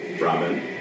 Robin